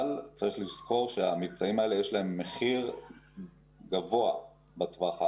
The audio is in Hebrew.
אבל צריך לזכור שלמבצעים האלה יש מחיר גבוה בטווח הארוך.